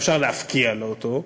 אפשר להפקיע לה אותו,